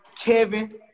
Kevin